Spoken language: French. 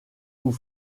vous